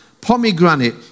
Pomegranate